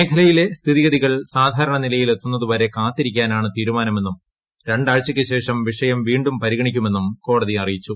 മേഖലയിലെ സ്ഥിതിഗതികൾ സാധാരണ നിലയിൽ എത്തുന്നതുവരെ കാത്തിരിക്കാനാണ് തീരുമാനമെന്നും രണ്ടാഴ്ച്ചയ്ക്ക് ശേഷം വിഷയം വീണ്ടും പരിഗണിക്കുമെന്നും കോടതി അറിയിച്ചു